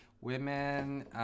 Women